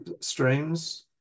streams